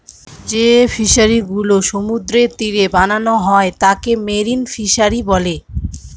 যে ফিশারিগুলা সমুদ্রের তীরে বানানো হয় তাকে মেরিন ফিশারী বলে